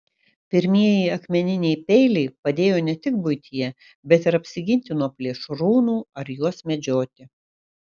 pirmieji akmeniniai peiliai padėjo ne tik buityje bet ir apsiginti nuo plėšrūnų ar juos medžioti